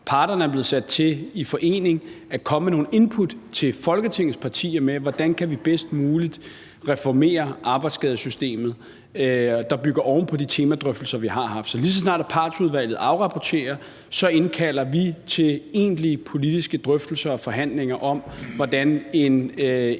Parterne er blevet sat til i forening at komme med nogle input til Folketingets partier om, hvordan vi bedst muligt kan reformere arbejdsskadesystemet, noget, der bygger oven på de temadrøftelser, vi har haft. Så lige så snart partsudvalget afrapporterer, indkalder vi til egentlige politiske drøftelser og forhandling om, hvordan en